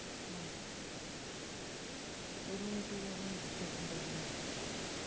ᱟᱨ ᱠᱩᱨᱩᱢᱩᱴᱩᱭᱟᱵᱚᱱ ᱡᱷᱚᱛᱚ ᱦᱚᱲ ᱜᱮ